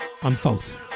Unfold